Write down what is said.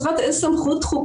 צריכה להיות איזה סמכות חוקתית,